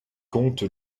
compte